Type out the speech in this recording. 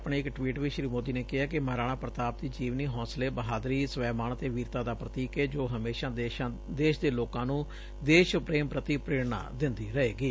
ਆਪਣੇ ਇਕ ਟਵੀਟ ਵਿਚ ਸ੍ਰੀ ਮੋਦੀ ਨੇ ਕਿਹੈ ਕਿ ਮਹਾਰਾਣਾ ਪ੍ਰਤਾਪ ਦੀ ਜੀਵਨੀ ਹੌਂਸਲੇ ਬਹਾਦਰੀ ਸਵੈਮਾਣ ਅਤੇ ਵੀਰਤਾ ਦਾ ਪੁਤੀਕ ਏ ਜੋ ਹਮੇਸ਼ਾ ਦੇਸ਼ ਦੇ ਲੋਕਾਂ ਨੂੰ ਦੇਸ਼ ਪੇਮ ਪੁਤੀ ਪੇਰਣਾ ਦਿੰਦੀ ਰਹੇਗੀ